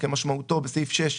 הסעיף השני